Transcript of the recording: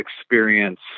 experience